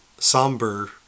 somber